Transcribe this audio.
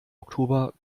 oktober